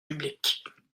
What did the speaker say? publiques